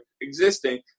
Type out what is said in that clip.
existing